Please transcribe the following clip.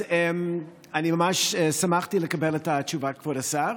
אז אני ממש שמחתי לקבל את התשובה, כבוד השר.